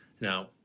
Now